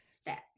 step